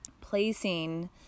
placing